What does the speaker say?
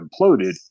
imploded